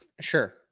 Sure